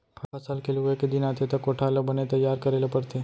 फसल के लूए के दिन आथे त कोठार ल बने तइयार करे ल परथे